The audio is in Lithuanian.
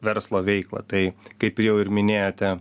verslo veiklą tai kaip ir jau ir minėjote